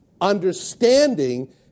understanding